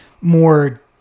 more